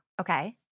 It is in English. Okay